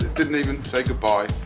didn't even say good bye.